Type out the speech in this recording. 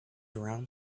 around